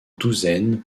douzaine